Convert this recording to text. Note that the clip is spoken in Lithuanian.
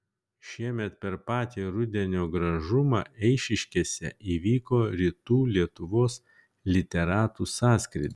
šiemet per patį rudenio gražumą eišiškėse įvyko rytų lietuvos literatų sąskrydis